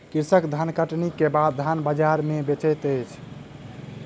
कृषक धानकटनी के बाद धान बजार में बेचैत अछि